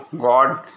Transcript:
God